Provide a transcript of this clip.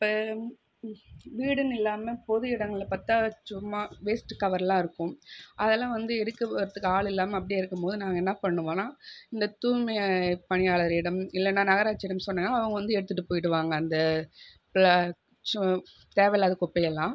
இப்போ வீடுன்னு இல்லாமல் பொது இடங்களை பார்த்தா சும்மா வேஸ்ட்டு கவர்லாம் இருக்கும் அதெல்லாம் வந்து எடுக்க போகறதுக்கு ஆள் இல்லாமல் அப்படியே இருக்கும் போது நாங்கள் என்ன பண்ணுவோன்னா இந்த தூய்மை பணியாளரிடம் இல்லைனா நகராட்சியிடம் சொன்னேன்னா அவங்க வந்து எடுத்துகிட்டு போய்டுவாங்க அந்த பிளா சு தேவையில்லாத குப்பையெல்லாம்